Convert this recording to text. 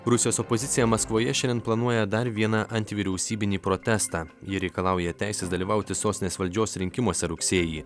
rusijos opozicija maskvoje šiandien planuoja dar vieną anti vyriausybinį protestą ji reikalauja teisės dalyvauti sostinės valdžios rinkimuose rugsėjį